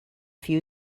few